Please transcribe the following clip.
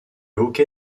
hockey